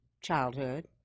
childhood